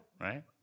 right